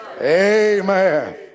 Amen